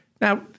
Now